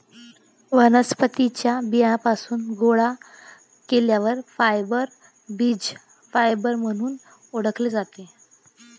वनस्पतीं च्या बियांपासून गोळा केलेले फायबर बीज फायबर म्हणून ओळखले जातात